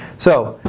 so,